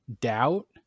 doubt